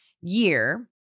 year